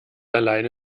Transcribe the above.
alleine